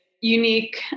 unique